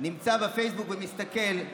נמצא בפייסבוק ומסתכל.